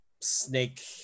Snake